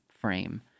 frame